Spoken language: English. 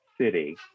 City